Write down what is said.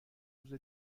روز